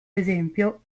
esempio